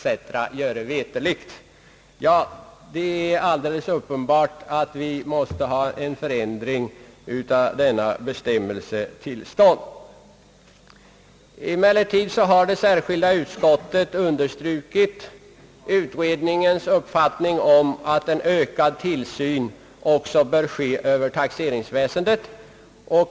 &c., göre veterligt.» Det är alldeles uppenbart att vi måste få en förändring av denna bestämmelse till stånd. Emellertid har det - sammansatta utskottet understrukit utredningens uppfattning om att en ökad tillsyn också bör ske över taxeringsväsendet.